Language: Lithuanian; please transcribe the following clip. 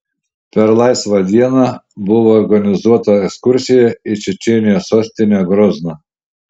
per laisvą dieną buvo organizuota ekskursija į čečėnijos sostinę grozną